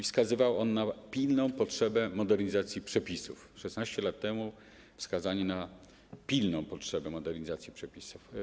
Wskazywał on na pilną potrzebę modernizacji przepisów - 16 lat temu wskazano na pilną potrzebę modernizacji przepisów.